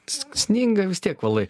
sninga vis tiek valai